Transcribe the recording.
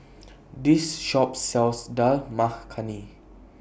This Shop sells Dal Makhani